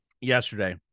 Yesterday